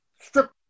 strip